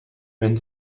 wenn